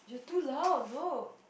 too loud look